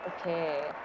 Okay